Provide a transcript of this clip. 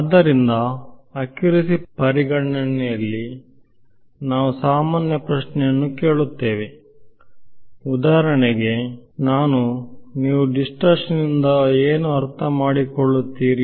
ಆದ್ದರಿಂದ ಅಕ್ಯುರೆಸಿ ಪರಿಗಣನೆಯಲ್ಲಿ ನಾವು ಸಾಮಾನ್ಯ ಪ್ರಶ್ನೆಯನ್ನು ಕೇಳುತ್ತೇವೆ ಉದಾಹರಣೆಗೆ ನಾನು ನೀವು ದಿಸ್ಪರ್ಶನ್ ಇಂದ ಏನು ಅರ್ಥಮಾಡಿಕೊಳ್ಳುತ್ತೀರಿ